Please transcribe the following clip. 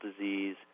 disease